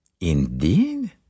Indeed